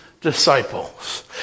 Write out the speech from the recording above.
Disciples